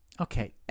Okay